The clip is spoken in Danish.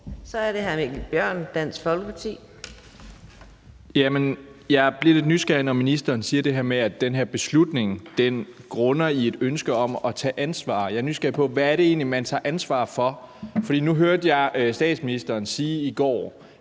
Så er det hr. Mikkel Bjørn, Dansk Folkeparti. Kl. 17:52 Mikkel Bjørn (DF): Jeg er blevet lidt nysgerrig, for ministeren har sagt det her med, at den beslutning er begrundet i et ønske om at tage ansvar. Jeg er nysgerrig på, hvad det egentlig er, man tager ansvar for. Nu hørte jeg statsministeren sige i går,